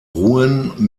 rouen